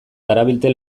darabilte